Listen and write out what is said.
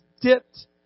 dipped